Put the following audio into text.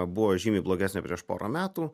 buvo žymiai blogesnė prieš porą metų